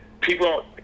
people